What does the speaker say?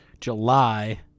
July